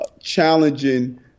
challenging